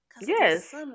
Yes